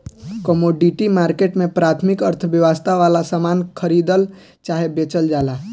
commodity market में प्राथमिक अर्थव्यवस्था वाला सामान खरीदल चाहे बेचल जाला